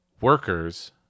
workers